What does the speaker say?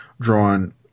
drawing